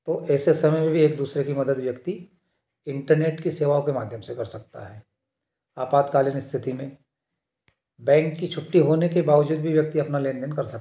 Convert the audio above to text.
तो ऐसे समय में भी एक दूसरे के मदद व्यक्ति इन्टरनेट के सेवा के माध्यम से कर सकता है आपातकालीन स्थिति में बैंक की छुट्टी होने के बावजूद भी व्यक्ति अपना लेन देन कर सकता है